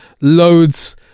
loads